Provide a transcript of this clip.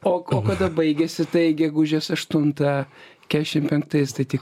o o kada baigėsi tai gegužės aštuntą kešim penktais tai tik